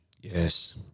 Yes